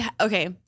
Okay